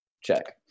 check